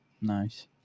Nice